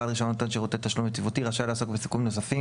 בעל רישיון נותן שירותי תשלום יציבותי רשאי לעסוק בעיסוקים נוספים,